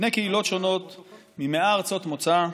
בני קהילות שונות מ-100 ארצות מוצא,